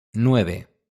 nueve